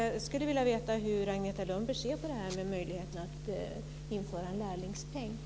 Jag skulle vilja veta hur Agneta Lundberg ser på möjligheten att införa en lärlingspeng.